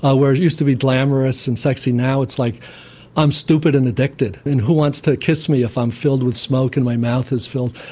ah where it used to be glamorous and sexy, now it's like i'm stupid and addicted and who wants to kiss me if i'm filled with smoke and my mouth is filled,